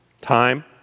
Time